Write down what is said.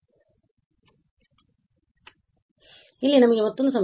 ಇಲ್ಲಿ ನಮಗೆ ಮತ್ತೊಂದು ಸಮಸ್ಯೆ ಇದೆ x ′′ x cos 2t